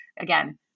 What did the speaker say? again